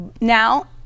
Now